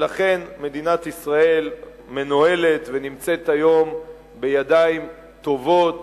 ולכן מדינת ישראל מנוהלת ונמצאת היום בידיים טובות